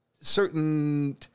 certain